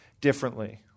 differently